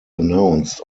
announced